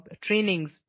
trainings